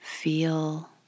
Feel